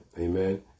Amen